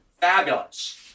Fabulous